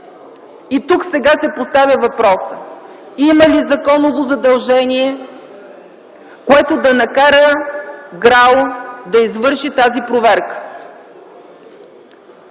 Тук сега се поставя въпросът: има ли законно задължение, което да накара ГРАО да извърши тази проверка?